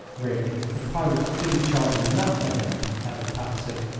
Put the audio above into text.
really, the pirates didn't charge enough for him, added patsy.